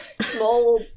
small